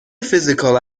physical